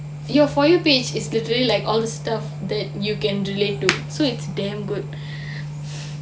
ya for you page is literally like all the stuff that you can relate to so it's damn good